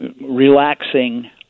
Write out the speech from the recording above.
relaxing